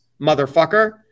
motherfucker